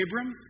Abram